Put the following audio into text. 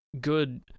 good